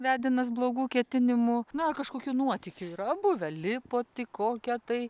vedinas blogų ketinimų na ar kažkokių nuotykių yra buvę lipot į kokią tai